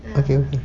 okay okay